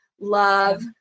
love